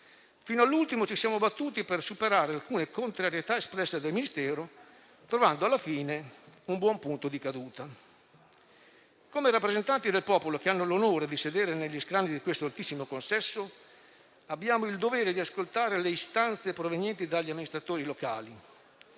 Fino all'ultimo ci siamo battuti per superare alcune contrarietà espresse dal Ministero, trovando alla fine un buon punto di caduta. Come rappresentanti del popolo che hanno l'onore di sedere negli scranni di questo altissimo consesso, abbiamo il dovere di ascoltare le istanze provenienti dagli amministratori locali.